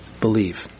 believe